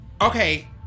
Okay